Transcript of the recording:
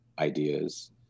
ideas